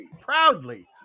proudly